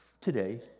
today